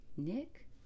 Nick